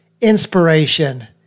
inspiration